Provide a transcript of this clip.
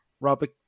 Robert